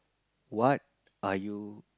what are you